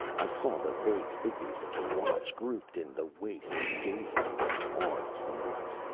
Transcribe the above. i saw the vague figures of the watch grouped in the waist, gazing in awed silence.